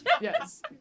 Yes